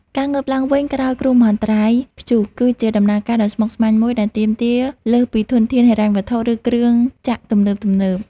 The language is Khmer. ការងើបឡើងវិញក្រោយគ្រោះមហន្តរាយព្យុះ គឺជាដំណើរការដ៏ស្មុគស្មាញមួយដែលទាមទារលើសពីធនធានហិរញ្ញវត្ថុ ឬគ្រឿងចក្រទំនើបៗ។